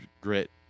grit